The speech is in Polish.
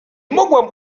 mogłam